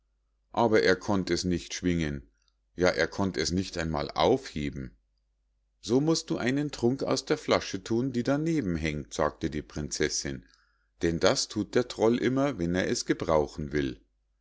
aber er konnt es nicht schwingen ja er konnt es nicht einmal aufheben so musst du einen trunk aus der flasche thun die daneben hangt sagte die prinzessinn denn das thut der troll immer wenn er es gebrauchen will